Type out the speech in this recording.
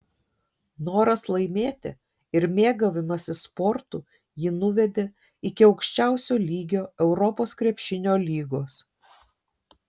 noras laimėti ir mėgavimasis sportu jį nuvedė iki aukščiausio lygio europos krepšinio lygos